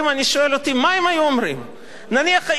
נניח, אם היו מגיעים שם, בוועדת-פלסנר, להסכמה.